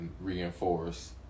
reinforce